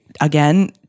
again